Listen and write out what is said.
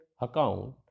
account